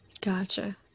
Gotcha